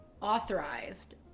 authorized